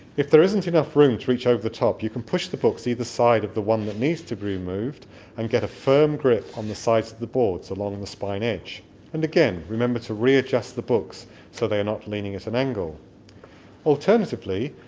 if there isn't enough room to reach over the top you can push the books either side of the one that needs to be moved and get a firm grip on the sides of the boards along the spine edge and again, remember to readjust the books so they are not leaning at an angle alternatively,